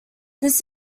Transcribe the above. this